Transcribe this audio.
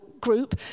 group